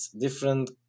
different